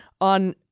on